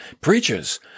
preachers